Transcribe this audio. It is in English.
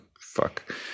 fuck